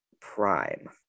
Prime